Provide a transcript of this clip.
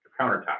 countertop